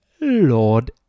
Lord